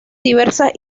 diversas